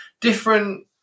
Different